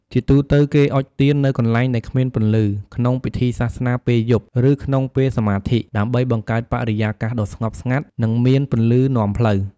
ជាទូទៅគេអុជទៀននៅកន្លែងដែលគ្មានពន្លឺ ក្នុងពិធីសាសនាពេលយប់ ឬក្នុងពេលសមាធិ ដើម្បីបង្កើតបរិយាកាសដ៏ស្ងប់ស្ងាត់ និងមានពន្លឺនាំផ្លូវ។